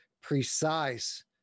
precise